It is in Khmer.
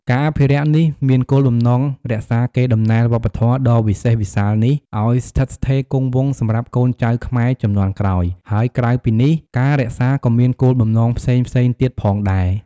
ការអភិរក្សនេះមានគោលបំណងរក្សាកេរដំណែលវប្បធម៌ដ៏វិសេសវិសាលនេះឱ្យស្ថិតស្ថេរគង់វង្សសម្រាប់កូនចៅខ្មែរជំនាន់ក្រោយ ហើយក្រៅពីនេះ ការអភិរក្សក៏មានគោលបំណងផ្សេងៗទៀតផងដែរ។